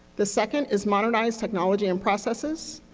the second is modernized technology and processes.